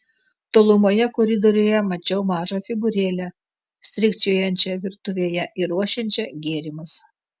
tolumoje koridoriuje mačiau mažą figūrėlę strykčiojančią virtuvėje ir ruošiančią gėrimus